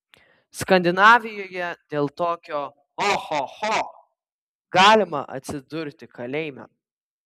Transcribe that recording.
skandinavijoje dėl tokio ohoho galima atsidurti kalėjime